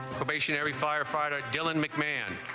station every firefighter dylan mcmahon